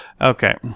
Okay